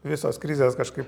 visos krizės kažkaip